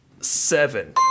Seven